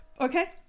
Okay